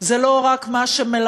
היא לא רק מה שמלמדים,